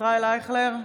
ישראל אייכלר,